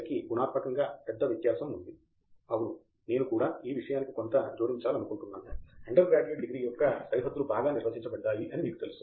professor Pratap Haridas అవును నేను కుడా ఈ విషయానికి కొంత జోడించాలనుకుంటున్నాను అండర్ గ్రాడ్యుయేట్ డిగ్రీ యొక్క సరిహద్దులు బాగా నిర్వచించబడ్డాయి అని మీకు తెలుసు